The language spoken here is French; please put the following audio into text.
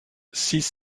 six